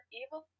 evil